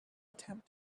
attempt